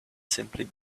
simply